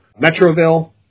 Metroville